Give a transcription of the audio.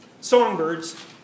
songbirds